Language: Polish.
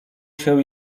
się